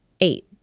Eight